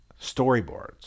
storyboards